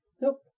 Nope